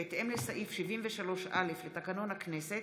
בהתאם לסעיף 73(א) לתקנון הכנסת,